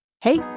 Hey